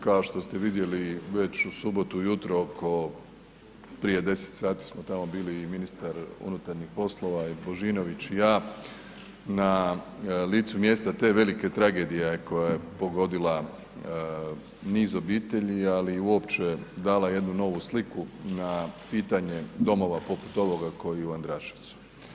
Kao što ste vidjeli već u subotu ujutro oko prije deset sati smo tamo bili i ministar unutarnjih poslova Božinović i ja na licu mjesta te velike tragedije koja je pogodila niz obitelji, ali uopće dala jednu novu sliku na pitanje domova poput ovoga koji je u Andraševcu.